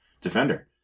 defender